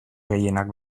gehienak